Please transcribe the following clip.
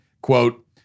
quote